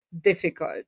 difficult